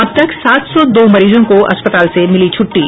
अब तक सात सौ दो मरीजों को अस्पताल से मिली छुट्टी